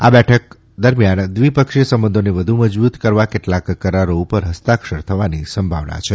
આ બેઠક દરમિયાન દ્વિપક્ષીય સંબંધોને વધુ મજબૂત કરવા કેટલાંક કરારો ઉપર હસ્તાક્ષર થવાની સંભાવના છે